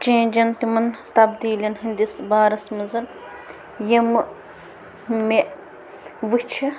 چینٛجن تِمن تبدیٖلیَن ہٕنٛدِس بارَس منٛز یِمہٕ مےٚ وٕچھِ